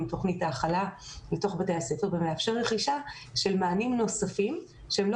תוכנית ההכלה לתוך בתי הספר ומאפשר רכישה של מענים נוספים שהם לא